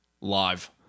live